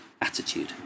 attitude